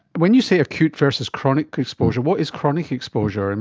when you say acute versus chronic exposure, what is chronic exposure? and